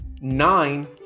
nine